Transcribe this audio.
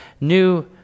new